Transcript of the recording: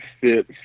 fit